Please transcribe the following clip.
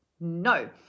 no